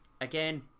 again